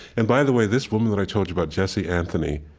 and by the way, this woman that i told you about, jessie anthony,